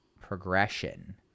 progression